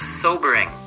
sobering